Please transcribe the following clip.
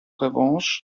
revanche